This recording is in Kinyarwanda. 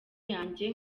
yanjye